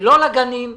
לא לגנים,